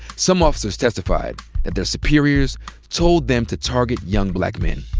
some officers testified that their superiors told them to target young black men.